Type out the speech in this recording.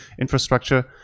infrastructure